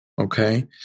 Okay